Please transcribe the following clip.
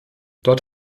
dort